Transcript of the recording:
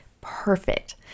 Perfect